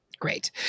great